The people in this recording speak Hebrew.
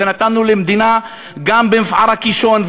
ונתנו למדינה גם במפער הקישון,